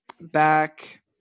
back